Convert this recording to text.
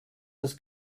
das